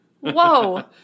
Whoa